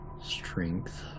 strength